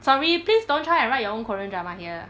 sorry please don't try and write your own korean drama here ah